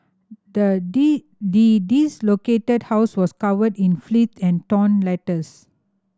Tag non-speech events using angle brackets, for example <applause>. the <unintelligible> house was covered in <unintelligible> and torn letters